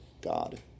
God